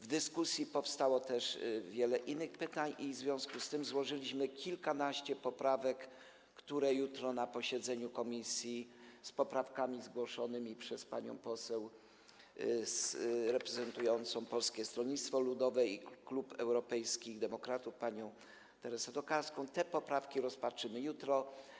W dyskusji pojawiło się też wiele innych pytań i w związku z tym złożyliśmy kilkanaście poprawek, które jutro na posiedzeniu komisji z poprawkami zgłoszonymi przez poseł reprezentującą Polskie Stronnictwo Ludowe i Europejskich Demokratów panią Teresę Tokarską rozpatrzymy jutro.